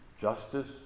Justice